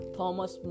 Thomas